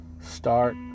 start